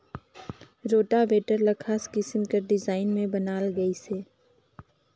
rotavator ल खास किसम कर डिजईन में बनाल गइसे